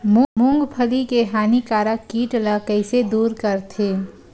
मूंगफली के हानिकारक कीट ला कइसे दूर करथे?